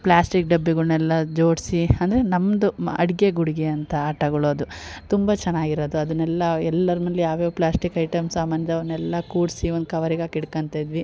plastic ಡಬ್ಬಿಗಳನ್ನೆಲ್ಲ ಜೋಡಿಸಿ ಅಂದರೆ ನಮ್ಮದು ಅಡುಗೆ ಗುಡ್ಗೆ ಅಂಥ ಆಟಗಳು ಅದು ತುಂಬ ಚೆನ್ನಾಗಿರೋದು ಅದನ್ನೆಲ್ಲ ಎಲ್ಲರ ಮನೆಯಲ್ಲಿ ಯಾವ ಯಾವ ಪ್ಲಾಸ್ಟಿಕ್ ಐಟಮ್ ಸಾಮಾನ್ದವನ್ನು ಅವನ್ನೆಲ್ಲ ಕೂಡಿಸಿ ಒಂದು ಕವರಿಗೆ ಹಾಕಿ ಹಿಡ್ಕೋತ್ ಇದ್ವಿ